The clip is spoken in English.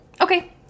Okay